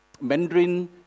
Mandarin